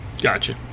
Gotcha